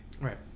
Right